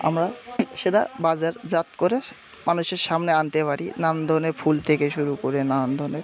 আমরা সেটা বাজারজাত করে স্ মানুষের সামনে আনতে পারি নানা ধরনের ফুল থেকে শুরু করে নানান ধরনের